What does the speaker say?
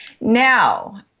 Now